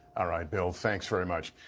ah right, bill, thanks very much.